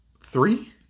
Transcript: three